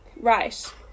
right